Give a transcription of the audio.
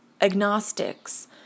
agnostics